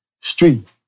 street